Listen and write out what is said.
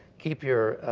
keep your,